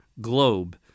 globe